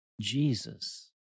Jesus